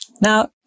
now